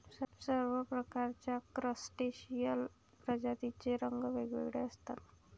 सर्व प्रकारच्या क्रस्टेशियन प्रजातींचे रंग वेगवेगळे असतात